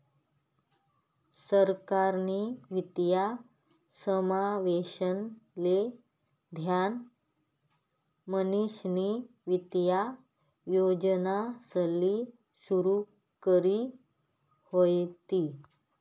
सरकारनी वित्तीय समावेशन ले ध्यान म्हणीसनी वित्तीय योजनासले सुरू करी व्हती